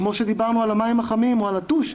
כמו שדיברנו על המים החמים או על הטוש,